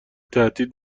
تهدید